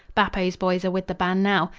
bappo's boys are with the band now.